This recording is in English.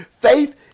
Faith